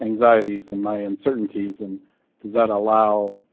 anxieties in my uncertainties. and does that allow?